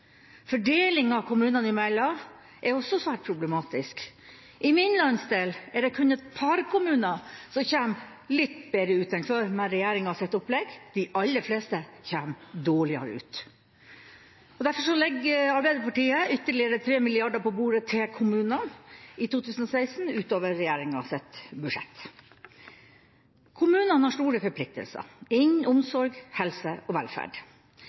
kommunene imellom er også svært problematisk. I min landsdel er det kun et par kommuner som kommer litt bedre ut enn før med regjeringas opplegg. De aller fleste kommer dårligere ut, og derfor legger Arbeiderpartiet ytterligere 3 mrd. kr på bordet til kommunene i 2016, utover regjeringas budsjett. Kommunene har store forpliktelser innen omsorg, helse og velferd.